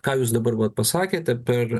ką jūs dabar vat pasakėt per